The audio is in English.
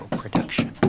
production